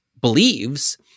believes